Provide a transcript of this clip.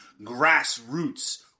grassroots